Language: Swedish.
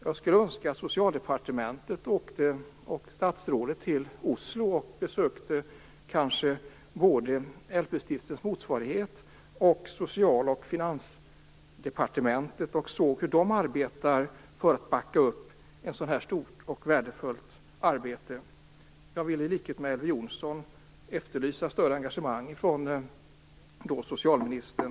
Jag skulle önska att Socialdepartementet och statsrådet åkte till Oslo och besökte både LP-stiftelsens motsvarighet och social och finansdepartementen och såg hur de arbetar för att backa upp ett så här stort och värdefullt arbete. Jag vill i likhet med Elver Jonsson efterlysa större engagemang från socialministern.